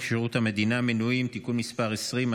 שירות המדינה (מינויים) (תיקון מס' 20),